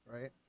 Right